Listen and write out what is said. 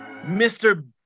Mr